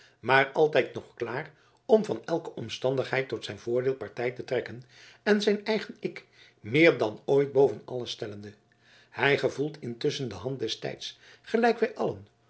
maar altijd nog klaar om van elke omstandigheid tot zijn voordeel partij te trekken en zijn eigen ik meer dan ooit boven alles stellende hij gevoelt intusschen de hand des tijds gelijk wij